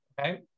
Okay